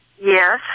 Yes